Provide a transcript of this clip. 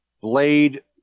Blade